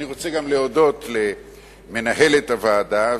אני רוצה גם להודות למנהלת הוועדה,